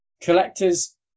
collectors